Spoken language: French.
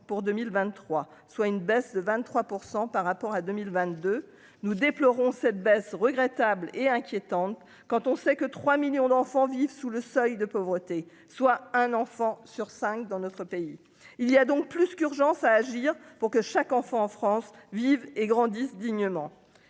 pour 2023, soit une baisse de 23 % par rapport à 2022, nous déplorons cette baisse regrettable et inquiétante quand on sait que 3 millions d'enfants vivent sous le seuil de pauvreté, soit un enfant sur 5 dans notre pays, il y a donc plus qu'urgence à agir pour que chaque enfant en France vivent et grandissent dignement,